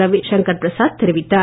ரவிசங்கர் பிரசாத் தெரிவித்தார்